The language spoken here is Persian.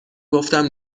گفتم